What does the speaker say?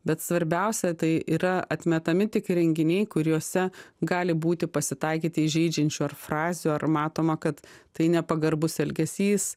bet svarbiausia tai yra atmetami tik renginiai kuriuose gali būti pasitaikyti įžeidžiančių ar frazių ar matoma kad tai nepagarbus elgesys